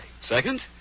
Second